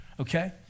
okay